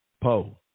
Poe